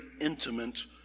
intimate